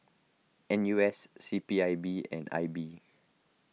N U S C P I B and I B